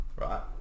right